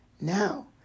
Now